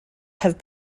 have